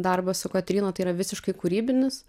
darbas su kotryna tai yra visiškai kūrybinis